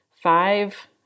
five